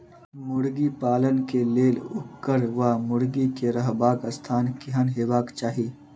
मुर्गी पालन केँ लेल ओकर वा मुर्गी केँ रहबाक स्थान केहन हेबाक चाहि?